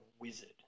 wizard